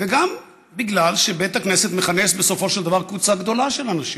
וגם בגלל שבית הכנסת מכנס בסופו של דבר קבוצה גדולה של אנשים,